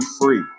free